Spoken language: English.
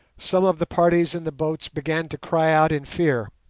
some of the parties in the boats began to cry out in fear